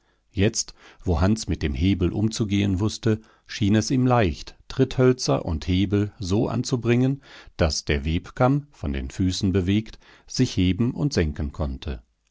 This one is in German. jetzt wo hans mit dem hebel umzugehen wußte schien es ihm leicht tritthölzer und hebel so anzubringen daß der webkamm von den füßen bewegt sich heben und senken konnte